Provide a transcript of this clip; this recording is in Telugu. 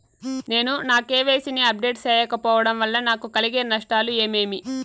నేను నా కె.వై.సి ని అప్డేట్ సేయకపోవడం వల్ల నాకు కలిగే నష్టాలు ఏమేమీ?